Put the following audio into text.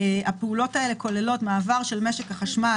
הפעולות האלה כוללות מעבר של משק החשמל